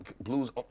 blues